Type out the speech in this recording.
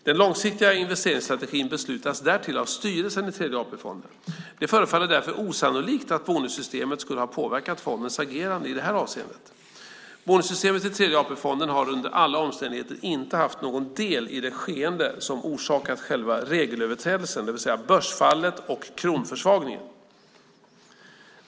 Den långsiktiga investeringsstrategin beslutas därtill av styrelsen i Tredje AP-fonden. Det förefaller därför osannolikt att bonussystemet skulle ha påverkat fondens agerande i detta avseende. Bonussystemet i Tredje AP-fonden har under alla omständigheter inte haft någon del i det skeende som orsakat själva regelöverträdelsen, det vill säga börsfallet och kronförsvagningen.